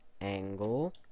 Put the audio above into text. angle